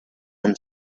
been